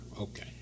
Okay